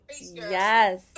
Yes